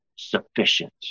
sufficient